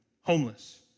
homeless